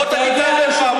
בוא ותגיד את האמת פעם אחת.